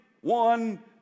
one